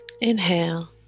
inhale